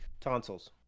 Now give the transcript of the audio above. Tonsils